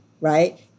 right